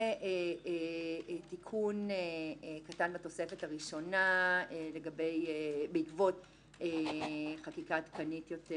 ותיקון קטן בתוספת הראשונה בעקבות חקיקה עדכנית יותר